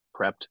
prepped